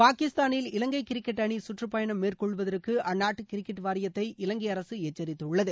பாகிஸ்தானில் இலங்கை கிரிக்கெட் அணி கற்றப்பயணம் மேற்கொள்வதற்கு அந்நாட்டு கிரிக்கெட் வாரியத்தை இலங்கை அரசு எச்சரித்துள்ளது